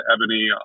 Ebony